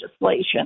legislation